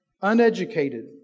Uneducated